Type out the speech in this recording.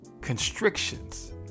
Constrictions